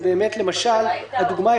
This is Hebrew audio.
למשל?